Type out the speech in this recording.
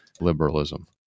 liberalism